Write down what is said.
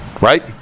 Right